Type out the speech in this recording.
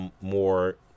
more